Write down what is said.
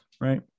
right